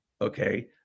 okay